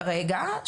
רגע,